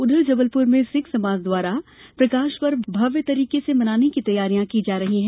उधर जबलपुर में सिख समाज द्वारा प्रकाश पर्व भव्य तरीके से मनाने की तैयारियॉ की जा रहीं हैं